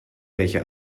welche